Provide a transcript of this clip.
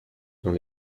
dans